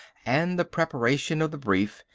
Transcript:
and the preparation of the brief,